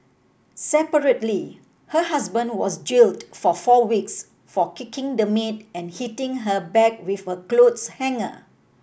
separately her husband was jailed for four weeks for kicking the maid and hitting her back with a clothes hanger